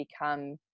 become